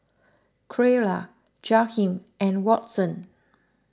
Creola Jaheem and Watson